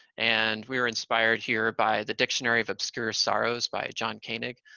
and we were inspired here by the dictionary of obscure sorrows by john koenig.